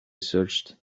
searched